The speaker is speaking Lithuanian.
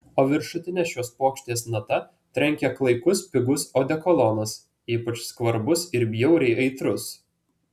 o viršutine šios puokštės nata trenkė klaikus pigus odekolonas ypač skvarbus ir bjauriai aitrus